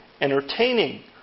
entertaining